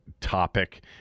topic